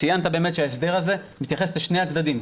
ציינת באמת שההסדר הזה מתייחס לשני הצדדים,